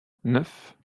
neuf